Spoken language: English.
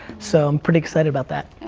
so i'm pretty excited about that.